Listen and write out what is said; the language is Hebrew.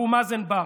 אבו מאזן בא.